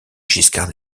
giscard